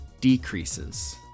decreases